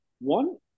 One